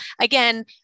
again